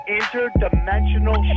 interdimensional